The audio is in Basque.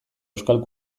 euskal